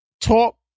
talk